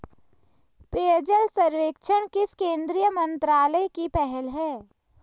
पेयजल सर्वेक्षण किस केंद्रीय मंत्रालय की पहल है?